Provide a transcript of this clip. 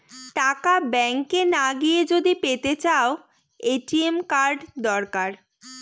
টাকা ব্যাঙ্ক না গিয়ে যদি পেতে চাও, এ.টি.এম কার্ড দরকার